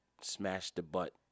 smash-the-butt